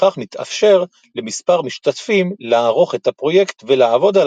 בכך מתאפשר למספר משתתפים לערוך את הפרויקט ולעבוד עליו עליו במקביל.